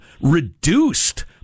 reduced